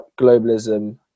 globalism